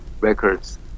records